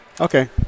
Okay